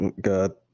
God